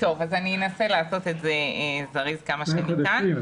אני אנסה לעשות את זה זריז עד כמה שניתן.